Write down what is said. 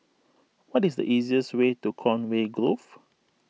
what is the easiest way to Conway Grove